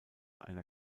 einer